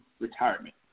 retirement